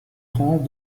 rangs